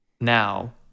now